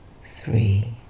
three